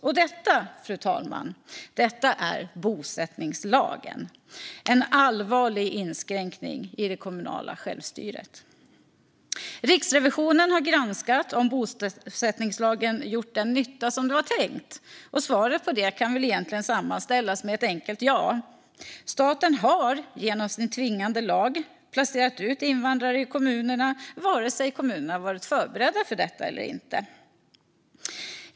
Och detta, fru talman, är bosättningslagen, en allvarlig inskränkning i det kommunala självstyret. Riksrevisionen har granskat om bosättningslagen gjort den nytta som det var tänkt. Svaret på det kan väl egentligen sammanfattas med ett enkelt ja. Staten har genom sin tvingande lag placerat ut invandrare i kommunerna vare sig kommunerna har varit förberedda för detta eller inte.